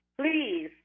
please